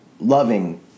loving